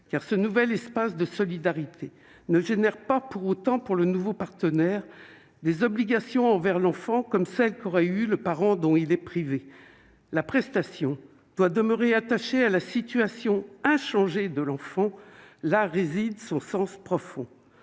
car ce nouvel espace de solidarité ne génère pas pour autant pour le nouveau partenaire des obligations envers l'enfant comme celle qu'aurait eu le parent dont il est privé la prestation doit demeurer attaché à la situation inchangée de l'enfant, là réside son sens profond,